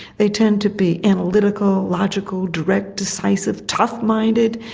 they tend to be analytical, logical, direct, decisive, tough minded,